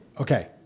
okay